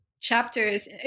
chapters